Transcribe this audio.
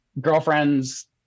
girlfriends